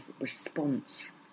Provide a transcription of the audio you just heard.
response